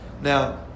Now